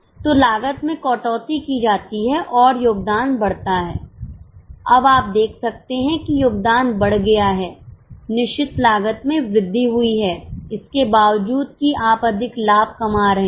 तो लागत में कटौती की जाती है और योगदान बढ़ता है अब आप देख सकते हैं कि योगदान बढ़ गया है निश्चित लागत में वृद्धि हुई है इसके बावजूद कि आप अधिक लाभ कमा रहे हैं